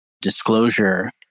disclosure